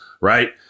right